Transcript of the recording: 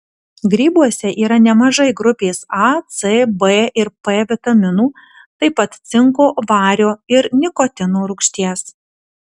grybuose yra nemažai grupės a c b ir p vitaminų taip pat cinko vario ir nikotino rūgšties